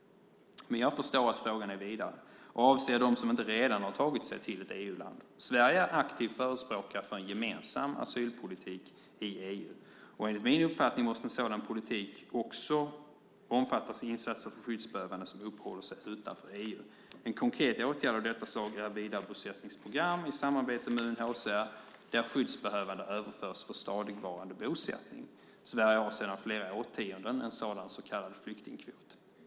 Men jag förstår att frågan är vidare och avser dem som inte redan har tagit sig till ett EU-land. Sverige är aktiv förespråkare för en gemensam asylpolitik i EU, och enligt min uppfattning måste en sådan politik också omfatta insatser för skyddsbehövande som uppehåller sig utanför EU. En konkret åtgärd av detta slag är vidarebosättningsprogram i samarbete med UNHCR, där skyddsbehövande överförs för stadigvarande bosättning. Sverige har sedan flera årtionden en sådan så kallad flyktingkvot.